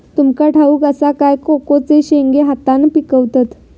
तुमका ठाउक असा काय कोकोचे शेंगे हातान पिकवतत